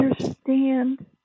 understand